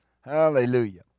Hallelujah